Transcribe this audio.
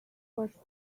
was